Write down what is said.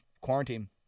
quarantine